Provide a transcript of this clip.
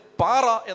para